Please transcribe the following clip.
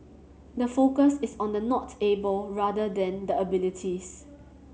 the focus is on the 'not able' rather than the abilities